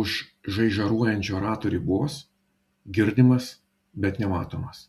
už žaižaruojančio rato ribos girdimas bet nematomas